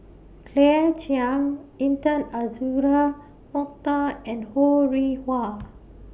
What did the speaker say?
Claire Chiang Intan Azura Mokhtar and Ho Rih Hwa